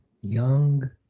Young